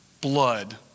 blood